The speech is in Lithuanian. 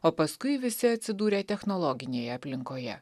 o paskui visi atsidūrė technologinėje aplinkoje